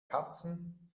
katzen